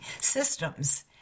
Systems